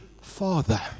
father